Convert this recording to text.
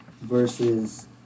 versus